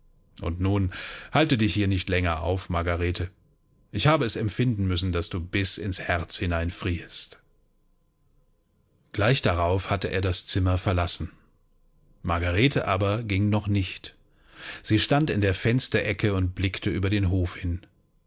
und nun halte dich hier nicht länger auf margarete ich habe es empfinden müssen daß du bis ins herz hinein frierst gleich darauf hatte er das zimmer verlassen margarete aber ging noch nicht sie stand in der fensterecke und blickte über den hof hin